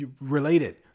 related